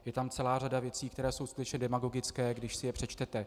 Je tam celá řada věcí, které jsou skutečně demagogické, když si je přečtete.